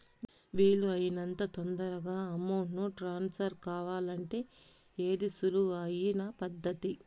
వీలు అయినంత తొందరగా అమౌంట్ ను ట్రాన్స్ఫర్ కావాలంటే ఏది సులువు అయిన పద్దతి